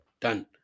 Done